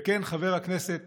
וכן, חבר הכנסת